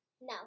No